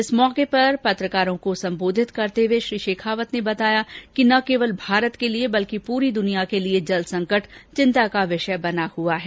इस मौके पर पत्रकारों को संबोधित करते हुए श्री शेखावत ने बताया कि न केवल भारत के लिए बल्कि पूरी दुनिया के लिए जल संकट चिंता का विषय बना हुआ है